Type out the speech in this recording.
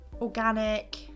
organic